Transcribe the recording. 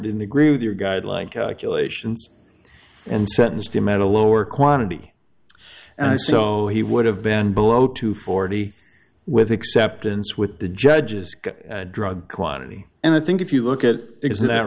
didn't agree with your guidelines elations and sentenced him at a lower quantity and so he would have been below to forty with acceptance with the judges drug quantity and i think if you look at it is that